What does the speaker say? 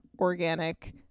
organic